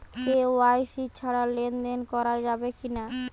KYC ছাড়া লেনদেন করা যাবে কিনা?